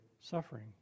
suffering